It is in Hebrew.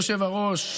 אדוני היושב-ראש,